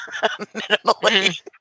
Minimally